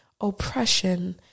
oppression